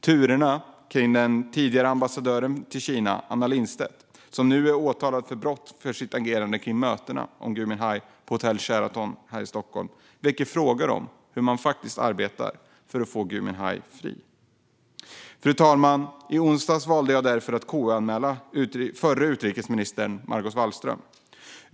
Turerna kring Sveriges tidigare ambassadör till Kina, Anna Lindstedt, som nu är åtalad för brott för sitt agerande vid mötet om Gui Minhai på hotell Sheraton i Stockholm, väcker frågor om hur regeringen egentligen arbetar för att få Gui Minhai frigiven. Fru talman! I onsdags valde jag därför att KU-anmäla den förra utrikesministern Margot Wallström.